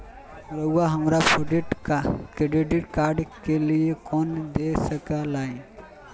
रहुआ हमरा student credit card के लिए लोन दे सके ला?